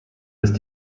ist